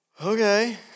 okay